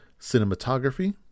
Cinematography